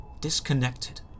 disconnected